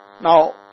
Now